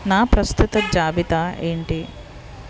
నా ప్రస్తుత జాబితా ఏంటి